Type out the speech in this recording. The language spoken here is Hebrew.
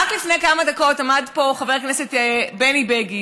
רק לפני כמה דקות עמד פה חבר הכנסת בני בגין